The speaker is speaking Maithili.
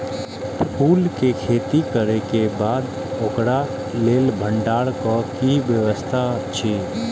फूल के खेती करे के बाद ओकरा लेल भण्डार क कि व्यवस्था अछि?